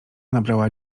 nabrała